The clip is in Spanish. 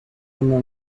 una